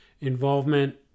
involvement